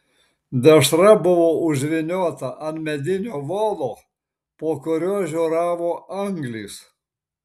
dešra buvo užvyniota ant medinio volo po kuriuo žioravo anglys